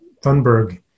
Thunberg